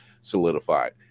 solidified